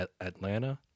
Atlanta